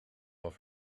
off